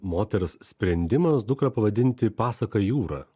moters sprendimas dukrą pavadinti pasaka jūra